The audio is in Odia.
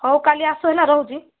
ହଉ କାଲି ଆସ ହେଲା ରହୁଛି